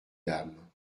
dames